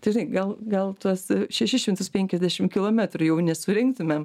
tai žinai gal gal tuos šešis šimtus penkiasdešimt kilometrų jau nesurinktumėm